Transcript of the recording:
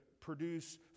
produce